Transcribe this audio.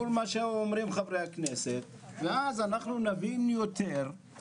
מול מה שאומרים חברי הכנסת ואז אנחנו נבין יותר.